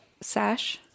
sash